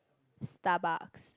Starbucks